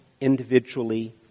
individually